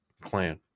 clan